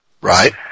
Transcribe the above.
Right